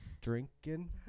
drinking